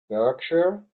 berkshire